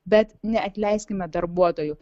bet neatleiskime darbuotojų